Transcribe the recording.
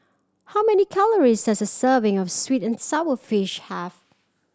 how many calories does a serving of sweet and sour fish have